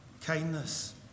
kindness